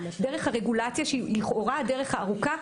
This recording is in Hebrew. דרך הרגולציה שלכאורה היא הדרך הארוכה,